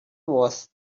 was